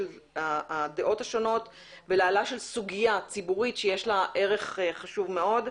הדעות השונות להעלאת סוגיה ציבורית שיש לה ערך חשוב מאוד.